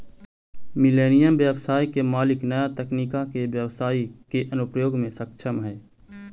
millennial व्यवसाय के मालिक नया तकनीका के व्यवसाई के अनुप्रयोग में सक्षम हई